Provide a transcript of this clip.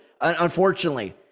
unfortunately